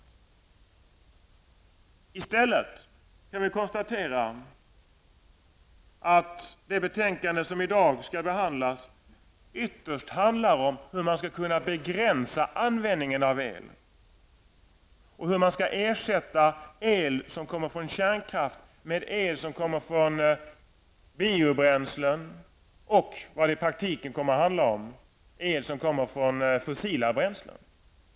Vi kan i stället konstatera att det betänkande som i dag behandlas ytterst handlar om hur man skall kunna begränsa användningen av el och hur man skall kunna ersätta el som kommer från kärnkraft med el som kommer från biobränslen och, vad det i praktiken kommer att handla om, el från fossila bränslen.